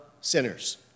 sinners